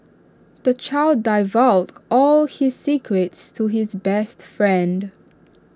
the child divulged all his secrets to his best friend